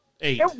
eight